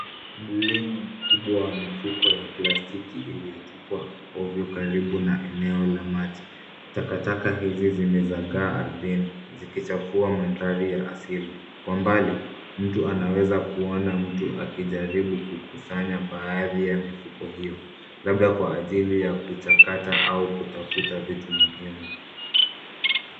Mlima mkubwa wa mifuko ya plastiki iliyotupwa ovyo karibu na eneo la maji. Takataka hizi zimezagaa ardhini zikichafua mandhari ya asili. Kwa mbali mtu anaweza kuona mtu akijaribu kukusanya baadhi ya mifuko hiyo labda kwa ajili ya kuchakata au kutafuta vitu muhimu.